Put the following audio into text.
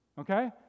Okay